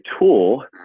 tool